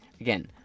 Again